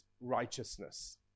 righteousness